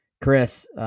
Chris –